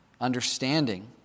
understanding